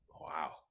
Wow